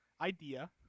idea